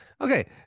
Okay